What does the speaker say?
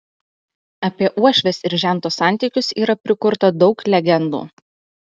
apie uošvės ir žento santykius yra prikurta daug legendų